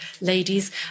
ladies